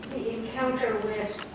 encounter with